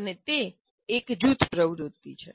અને તે એક જૂથપ્રવૃત્તિ છે